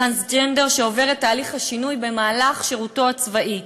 טרנסג'נדר שעובר את תהליך השינוי במהלך שירותו הצבאי.